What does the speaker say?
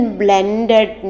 blended